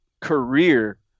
career